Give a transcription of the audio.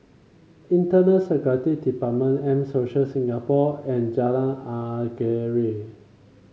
Internal Security Department M Social Singapore and Jalan Anggerek